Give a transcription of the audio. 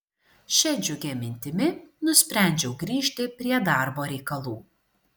šia džiugia mintimi nusprendžiau grįžti prie darbo reikalų